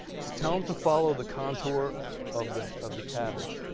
just tell them to follow the contour of the of the cabbage.